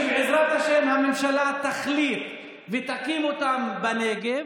שבעזרת השם הממשלה תחליט ותקים אותם בנגב,